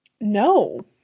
No